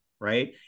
right